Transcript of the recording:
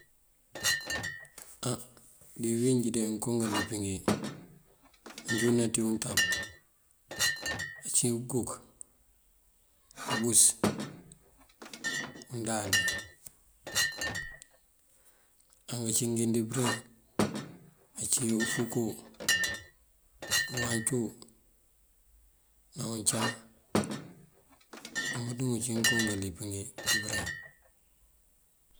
Á dí bëwínjí ngënko ngalíp ngí manjúundëna ţí untab ací: uguk, ubus, undáali. Á ngancí ngí dí bëreŋ ací: ufúkú, awancú ná uncaŋ ngëmënţu ngun ací ngënko ngalíp ngí dí bëreŋ.